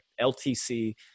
LTC